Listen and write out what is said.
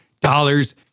dollars